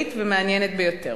מקורית ומעניינת ביותר.